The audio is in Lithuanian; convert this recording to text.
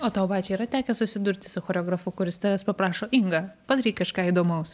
o tau pačiai yra tekę susidurti su choreografu kuris tavęs paprašo inga padaryk kažką įdomaus